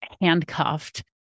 handcuffed